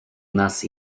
нас